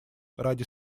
ради